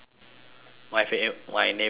my fame my neighbour famous